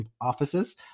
offices